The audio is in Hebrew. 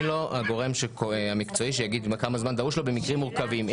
אני לא הגורם המקצועי שיגיד כמה זמן דרוש לו במקרים מורכבים.